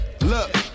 Look